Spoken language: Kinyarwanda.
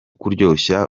kuryoshya